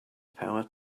power